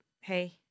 Hey